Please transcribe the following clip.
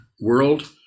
world